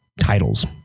titles